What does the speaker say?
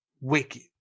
Wicked